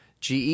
GE